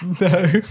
No